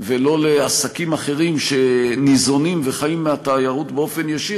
ולא לעסקים אחרים שניזונים וחיים מהתיירות באופן ישיר,